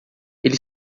ele